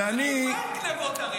תגיד, מה עם גנבות הרכב?